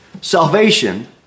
Salvation